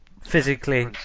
Physically